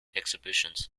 exhibitions